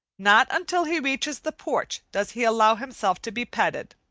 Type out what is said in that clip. not until he reaches the porch does he allow himself to be petted.